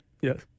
Yes